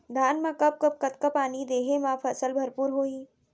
धान मा कब कब कतका पानी देहे मा फसल भरपूर होही?